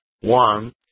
one